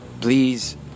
please